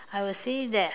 I will say that